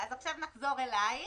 אז עכשיו נחזור אליך.